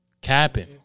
Capping